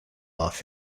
off